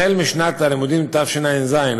החל משנת הלימודים תשע"ז,